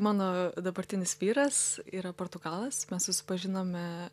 mano dabartinis vyras yra portugalas mes susipažinome